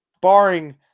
barring